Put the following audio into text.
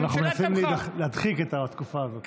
אנחנו מנסים להדחיק את התקופה הזאת.